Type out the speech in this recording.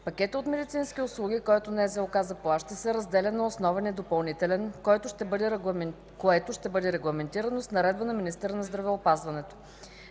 Пакетът от медицински услуги, който НЗОК заплаща, се разделя на основен и допълнителен, което ще бъде регламентирано с наредба на министъра на здравеопазването.